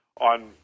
on